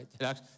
right